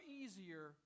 easier